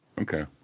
Okay